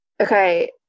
okay